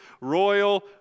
royal